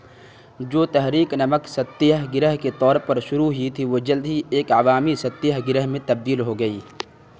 جو تحریک نمک ستیہ گرہ کے طور پر شروع ہوئی تھی وہ جلد ہی ایک عوامی ستیہ گرہ میں تبدیل ہو گئی